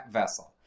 vessel